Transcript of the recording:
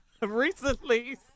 Recently